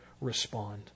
respond